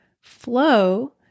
Flow